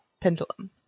pendulum